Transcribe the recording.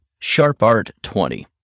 SHARPART20